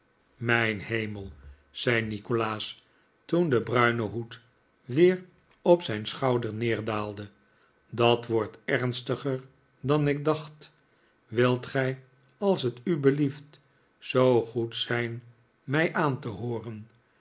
mijn hemel zei nikolaas toen de bruine hoed weer op zijn schouder neerdaalde dat wordt ernstiger dan ik dacht wilt gij als t u belieft zoo goed zijii mij aan te hooren